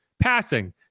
Passing